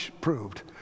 proved